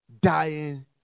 dying